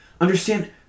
Understand